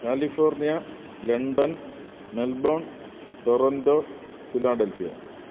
California London Melbourne Toronto philadelphia